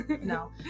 no